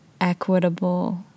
equitable